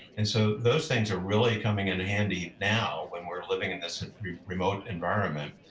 and so those things are really coming in handy now when we're living in this remote environment.